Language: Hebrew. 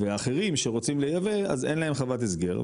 ואחרים שרוצים לייבא אז אין להם חוות הסגר,